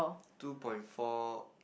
two point four